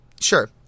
Sure